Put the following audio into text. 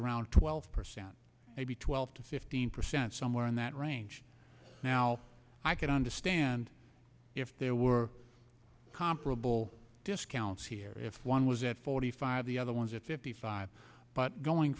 around twelve percent maybe twelve to fifteen percent somewhere in that range now i could understand if there were comparable discounts here if one was at forty five the other ones at fifty five but going